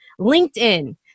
linkedin